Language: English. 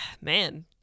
man